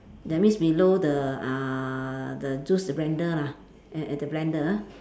that means below the uh the juice blender lah at at the blender